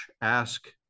ask